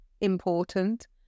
important